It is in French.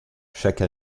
chaque